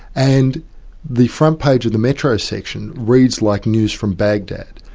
and the front page of the metro section reads like news from baghdad.